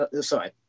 Sorry